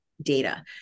data